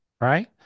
Right